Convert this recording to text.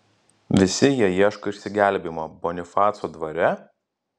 visi jie ieško išsigelbėjimo bonifaco dvare